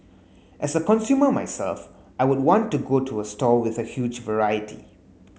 as a consumer myself I would want to go to a store with a huge variety